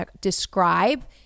describe